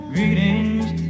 Greetings